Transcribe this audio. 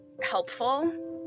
helpful